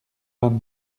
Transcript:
vingt